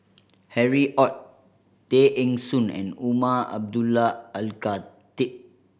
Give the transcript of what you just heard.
Harry Ord Tay Eng Soon and Umar Abdullah Al Khatib